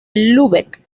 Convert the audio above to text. lübeck